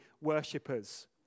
worshippers